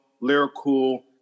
lyrical